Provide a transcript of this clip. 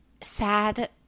sad